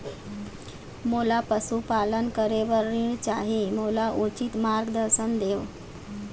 मोला पशुपालन करे बर ऋण चाही, मोला उचित मार्गदर्शन देव?